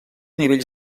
nivells